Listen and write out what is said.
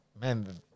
man